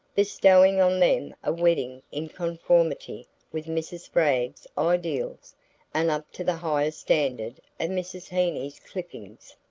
bestowing on them a wedding in conformity with mrs. spragg's ideals and up to the highest standard of mrs. heeny's clippings,